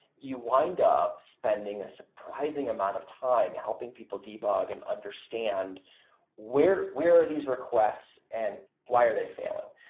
you wind up spending a surprising amount of time helping people debug and understand where where are these requests and why are they failing.